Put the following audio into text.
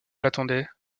l’attendait